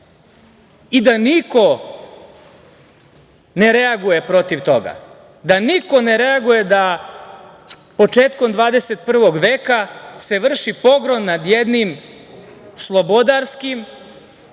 i da niko ne reaguje protiv toga, da niko ne reaguje da početkom 21. veka se vrši pogrom nad jednim slobodarskim